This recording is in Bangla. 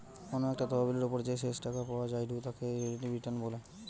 কোনো একটা তহবিলের ওপর যে শেষ টাকা পাওয়া জায়ঢু তাকে রিলেটিভ রিটার্ন বলে